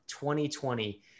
2020